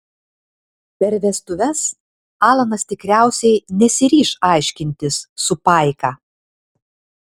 per vestuves alanas tikriausiai nesiryš aiškintis su paika